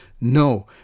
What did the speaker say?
no